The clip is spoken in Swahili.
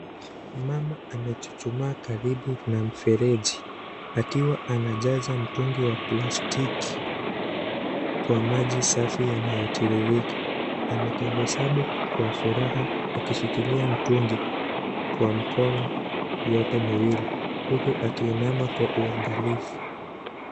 Mama amechuchumaa karibu na mfereji akiwa anajaza mtungi wa plastiki kwa maji safi yanayotiririka. Ametabasamu kwa furaha akishikilia mtungi kwa mikono yote miwili huku akiinama kwa uangalifu.